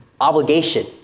obligation